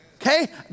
Okay